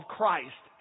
Christ